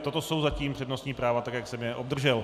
Toto jsou zatím přednostní práva tak, jak jsem je obdržel.